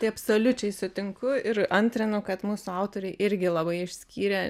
tai absoliučiai sutinku ir antrinu kad mūsų autoriai irgi labai išskyrė